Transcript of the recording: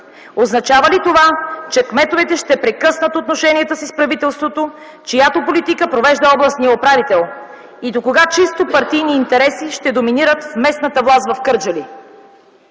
Означава ли това, че кметовете ще прекъснат отношенията си с правителството, чиято политика провежда областният управител? И докога чисто партийни интереси ще доминират местната власт в Кърджали?